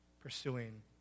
pursuing